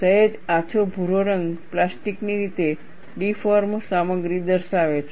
સહેજ આછો ભુરો રંગ પ્લાસ્ટિકની રીતે ડિફૉર્મ સામગ્રી દર્શાવે છે